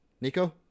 Nico